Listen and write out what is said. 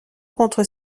contre